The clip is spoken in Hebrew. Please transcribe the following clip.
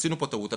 עשינו פה טעות.